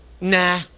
nah